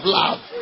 love